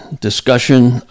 discussion